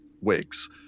wigs